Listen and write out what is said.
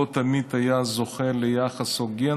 לא תמיד זכה ליחס הוגן,